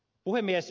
puhemies